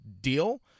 deal